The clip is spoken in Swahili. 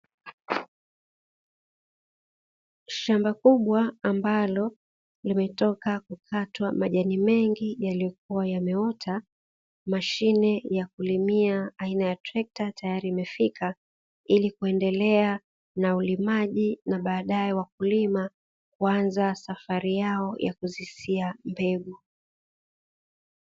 Shamba kubwa ambalo limetoka kukatwa majani mengi yaliyokua yameota. Mashine ya kulimia aina ya trekta tayari imefika ili kuendelea na ulimaji na baadae wakulima kuanza safari yao yakuzisia mbegu.